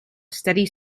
steady